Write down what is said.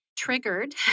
triggered